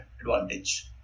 advantage